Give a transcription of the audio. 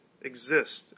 exist